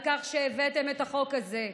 על כך שהבאתם את החוק הזה,